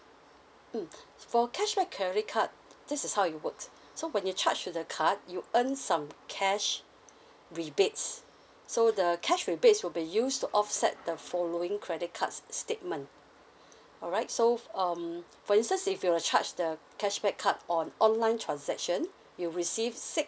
mm for cashback credit card this is how it works so when you charge to the card you earn some cash rebates so the cash rebates would be used to offset the following credit cards statement alright so um for instance if your charge the cashback card on online transaction you receive six